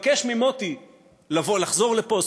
לבקש ממוטי לחזור לפה.